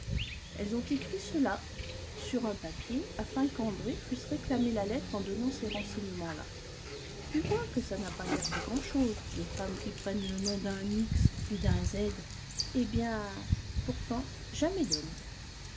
elles ont écrit cela sur un papier afin qu'andré puisse réclamer la lettre en donnant ces renseignements là tu vois que ça n'a pas l'air de grand-chose des femmes qui prennent le nom d'un x et d'un z eh bien pourtant jamais d'hommes